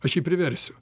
aš jį priversiu